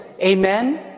Amen